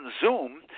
Zoom